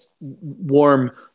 warm